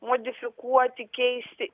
modifikuoti keisti